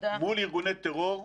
מול ארגוני טרור,